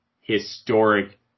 historic